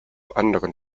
anderen